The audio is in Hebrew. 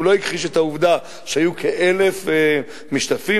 והוא לא הכחיש את העובדה שהיו כ-1,000 משתתפים.